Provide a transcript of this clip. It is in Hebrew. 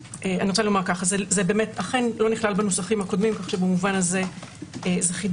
זה באמת לא נכלל בנוסחים הקודמים ובמובן זה חידוש